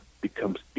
becomes